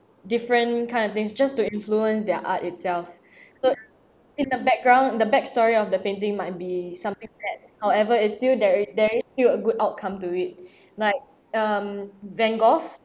different kind of things just to influence their art itself so in the background the backstory of the painting might be something that however is still there it there is still a outcome to it like um van gogh